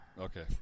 okay